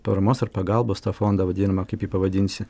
paramos ar pagalbos tą fondą vadinamą kaip jį pavadinsi